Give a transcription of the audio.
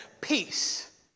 peace